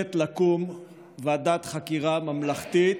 חייבת לקום ועדת חקירה ממלכתית,